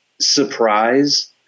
surprise